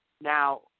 Now